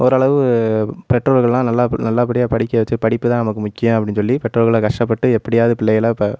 ஓரளவு பெற்றோர்களாம் நல்லா நல்ல படியாக படிக்க வச்சி படிப்புதான் நமக்கு முக்கியம் அப்படின்னு சொல்லி பெற்றோர்களாம் கஷ்டப்பட்டு எப்படியாவது பிள்ளைகளை ப